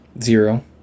Zero